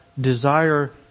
desire